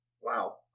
Wow